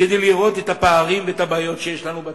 כדי לראות את הפערים ואת הבעיות שיש לנו בפריפריה.